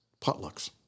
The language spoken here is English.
potlucks